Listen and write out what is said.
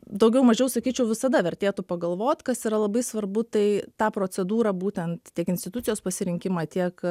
daugiau mažiau sakyčiau visada vertėtų pagalvot kas yra labai svarbu tai tą procedūrą būtent tiek institucijos pasirinkimą tiek